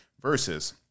versus